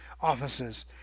offices